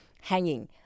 hanging